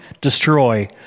destroy